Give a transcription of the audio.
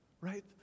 Right